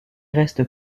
reste